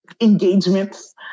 engagements